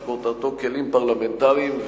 שכותרתו: כלים פרלמנטריים,